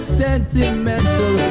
sentimental